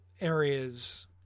areas